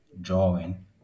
drawing